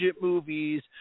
movies